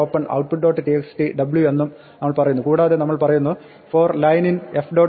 txt" "w" എന്നും നമ്മൾ പറയുന്നു കൂടാതെ നമ്മൾ പറയുന്നു for line in f